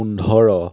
পোন্ধৰ